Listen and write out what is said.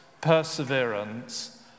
perseverance